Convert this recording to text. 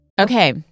Okay